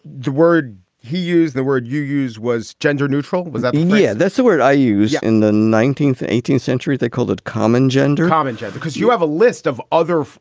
the word he used, the word you use was gender neutral. was that india? yeah that's the word i used in the nineteenth, eighteenth century. they called it common gender. common gender because you have a list of other.